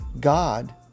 God